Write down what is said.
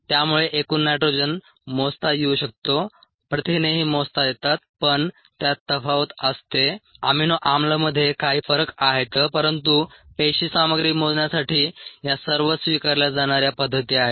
त्यामुळे एकूण नायट्रोजन मोजता येऊ शकतो प्रथिनेही मोजता येतात पण त्यात तफावत असते एमिनो आम्लमध्ये काही फरक आहेत परंतु पेशी सामग्री मोजण्यासाठी या सर्व स्वीकारल्या जाणाऱ्या पद्धती आहेत